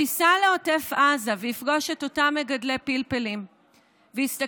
שייסע לעוטף עזה ויפגוש את אותם מגדלי פלפלים ויסתכל